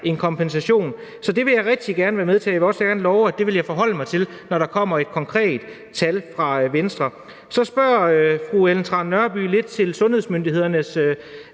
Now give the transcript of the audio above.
en kompensation. Så det vil jeg rigtig gerne være med til, og det vil jeg også gerne love jeg vil forholde mig til, når der kommer et konkret tal fra Venstre. Så spørger fru Ellen Trane Nørby lidt ind til sundhedsmyndighedernes